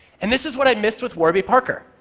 and this is what i missed with warby parker.